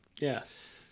Yes